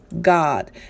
God